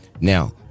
Now